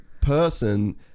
person